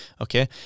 okay